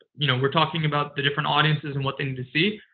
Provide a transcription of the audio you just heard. you know, we're talking about the different audiences and what they need to see.